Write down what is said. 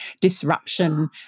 disruption